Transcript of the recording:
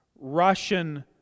Russian